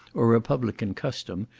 or republican custom,